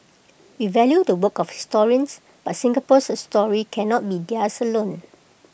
we value the work of historians but Singapore's story cannot be theirs alone